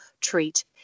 treat